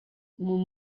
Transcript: mon